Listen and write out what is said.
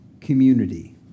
community